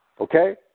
Okay